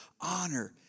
Honor